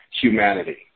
humanity